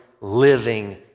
living